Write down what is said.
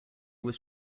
was